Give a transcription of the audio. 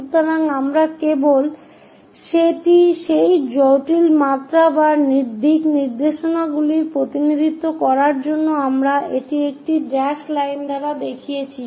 সুতরাং আমরা কেবল সেই জটিল মাত্রা বা দিকনির্দেশনাগুলির প্রতিনিধিত্ব করার জন্য আমরা এটি একটি ড্যাশড লাইন দ্বারা দেখিয়েছি